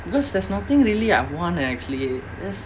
because there's nothing really I want eh actually just